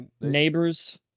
Neighbors